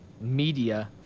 media